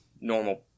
normal